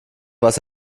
was